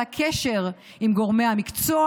על הקשר עם גורמי המקצוע,